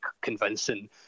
convincing